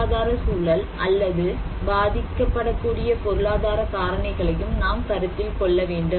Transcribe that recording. பொருளாதார சூழல் அல்லது பாதிக்கப்படக்கூடிய பொருளாதார காரணிகளையும் நாம் கருத்தில் கொள்ள வேண்டும்